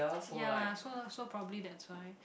ya lah so so probably that's why